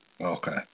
Okay